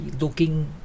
looking